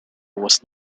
was